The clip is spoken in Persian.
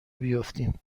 بیفتیم